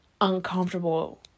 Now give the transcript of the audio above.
uncomfortable